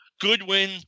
Goodwin